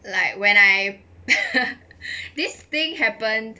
like when I this thing happened